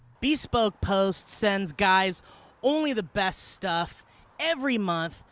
bespoke post sends guys only the best stuff every month.